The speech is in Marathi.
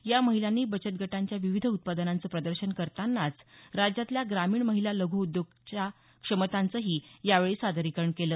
या महिलांनी बचत गटांच्या विविध उत्पादनांचं प्रदर्शन करतानाच राज्यातल्या ग्रामीण महिला लघु उद्योगांच्या क्षमतांचंही यावेळी सादरीकरण केलं